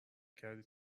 کردید